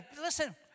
listen